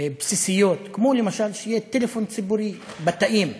בסיסיות, כמו למשל שיהיה טלפון ציבורי בתאים.